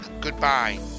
Goodbye